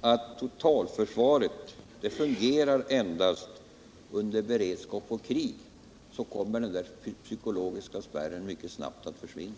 att totalförsvaret fungerar endast under beredskap och krig, så kommer den psykologiska spärren mycket snabbt att försvinna.